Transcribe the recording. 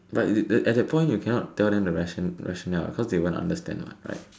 but is it at that you you cannot tell them the ration rationale what because they don't understand what right